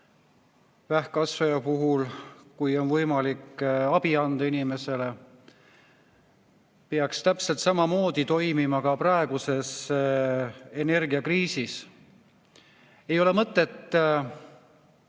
vähkkasvaja puhul, kui on võimalik inimesele abi anda, peaks täpselt samamoodi toimima ka praeguses energiakriisis. Ei ole mõtet